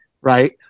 Right